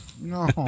No